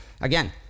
again